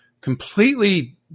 completely